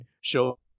show